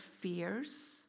fears